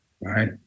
right